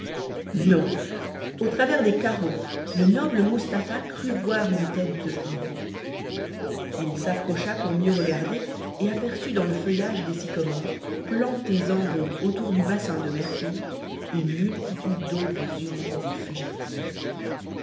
non au travers des carreaux le noble mustapha crut voir une tête de hibou il s'approcha pour mieux regarder et aperçut dans le feuillage des sycomores plantés en rond autour du bassin de mercure une multitude d'ombres humaines et fugitives